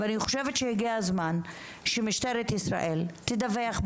אני חושבת שהגיע הזמן שמשטרת ישראל תדווח,